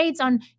on